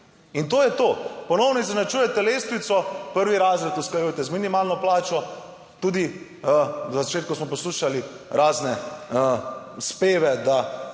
in to je to. Ponovno izenačujete lestvico, 1. razred usklajujete z minimalno plačo. Tudi na začetku smo poslušali razne speve, da